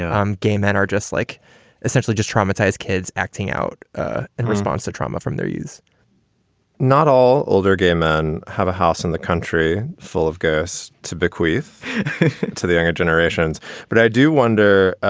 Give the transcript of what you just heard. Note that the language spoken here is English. know, um gay men are just like essentially just traumatized kids acting out ah in response to trauma from their use not all older gay men have a house in the country full of gas to bequeath to the younger generations but i do wonder